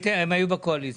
הם היו בקואליציה.